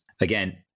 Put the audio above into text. Again